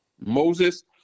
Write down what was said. Moses